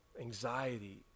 Anxiety